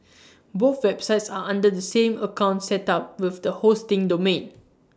both websites are under the same account set up with the hosting domain